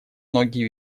многие